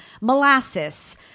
molasses